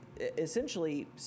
essentially